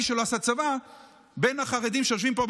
מי שלא עשה צבא בין החרדים שיושבים פה,